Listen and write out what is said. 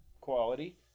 quality